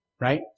Right